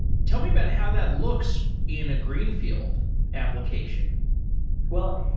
tell me about how that looks in a greenfield application well,